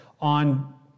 on